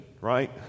right